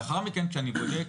לאחר מכן כשאני בודק,